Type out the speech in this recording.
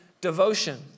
devotion